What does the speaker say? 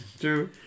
true